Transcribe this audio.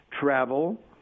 travel